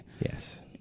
Yes